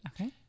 Okay